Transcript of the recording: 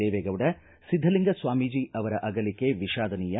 ದೇವೇಗೌಡ ಸಿದ್ದಲಿಂಗ ಸ್ವಾಮೀಜಿ ಅವರ ಅಗಲಿಕೆ ವಿಷಾದನೀಯ